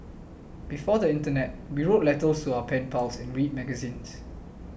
before the internet we wrote letters to our pen pals and read magazines